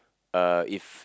uh if